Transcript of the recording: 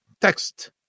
text